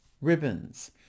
ribbons